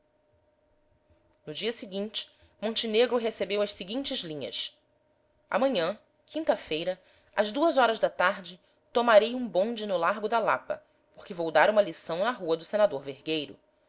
no dia seguinte montenegro recebeu as seguintes linhas amanhã quinta-feira às duas horas da tarde tomarei um bonde no largo da lapa porque vou dar uma lição na rua do senador vergueiro